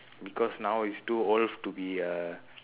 because now he's too old to be a